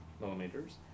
millimeters